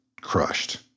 crushed